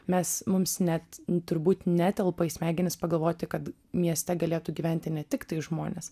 mes mums net turbūt netelpa į smegenis pagalvoti kad mieste galėtų gyventi ne tiktai žmonės